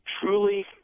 truly